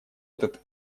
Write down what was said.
этот